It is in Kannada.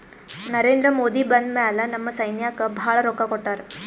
ನರೇಂದ್ರ ಮೋದಿ ಬಂದ್ ಮ್ಯಾಲ ನಮ್ ಸೈನ್ಯಾಕ್ ಭಾಳ ರೊಕ್ಕಾ ಕೊಟ್ಟಾರ